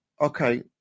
Okay